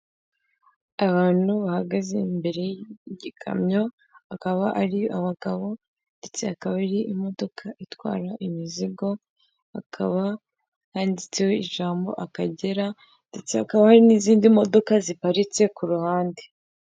Abantu bahagaze imbere y'igikamyo, akaba ari abagabo ndetse akaba ari imodoka itwara imizigo, akaba handitseho ijambo Akagera, ndetse hakaba hari n'izindi modoka ziparitse ku ruhande.